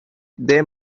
they